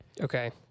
Okay